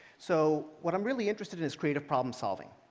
so what i'm really interested in is creative problem solving.